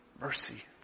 mercy